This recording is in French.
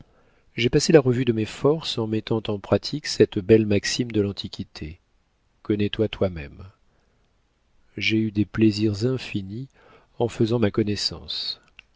j'ai passé la revue de mes forces en mettant en pratique cette belle maxime de l'antiquité connais toi toi-même j'ai eu des plaisirs infinis en faisant ma connaissance